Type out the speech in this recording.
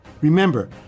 Remember